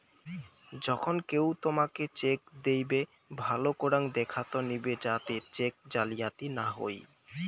যখন কেও তোমকে চেক দিইবে, ভালো করাং দেখাত নিবে যাতে চেক জালিয়াতি না হউ